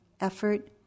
effort